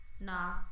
Nah